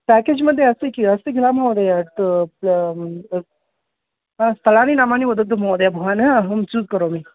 package मध्ये अस्ति किम् अस्ति किल महोदय स्थलानि नामानि वदतु महोदय भवान् अहं चूस् करोमि